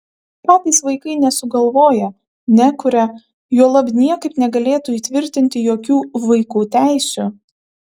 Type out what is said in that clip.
patys vaikai nesugalvoja nekuria juolab niekaip negalėtų įtvirtinti jokių vaikų teisių